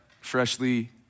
freshly